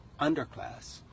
underclass